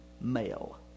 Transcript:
male